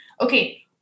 Okay